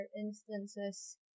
instances